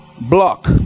block